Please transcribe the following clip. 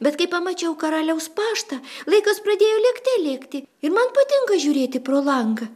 bet kai pamačiau karaliaus paštą laikas pradėjo lėkte lėkti ir man patinka žiūrėti pro langą